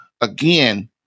Again